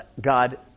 God